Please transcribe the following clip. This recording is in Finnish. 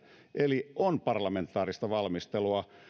eli on parlamentaarista valmistelua